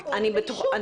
הוא ראוי לאישור.